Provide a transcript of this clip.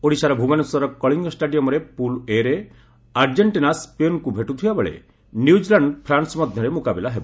ଓଡ଼ିଶାର ଭୁବନେଶ୍ୱରର କଳିଙ୍ଗ ଷ୍ଟାଡିୟମ୍ରେ ପୁଲ୍ ଏରେ ଆର୍ଜେଣ୍ଟିନା ସ୍ୱେନ୍କୁ ଭେଟିବାକୁ ଥିବାବେଳେ ନ୍ୟୁଜିଲ୍ୟାଣ୍ଡ ପ୍ରାନ୍ସ ମଧ୍ୟରେ ମୁକାବିଲା ହେବ